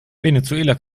venezuela